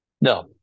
no